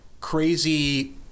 crazy